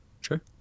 Sure